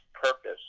purpose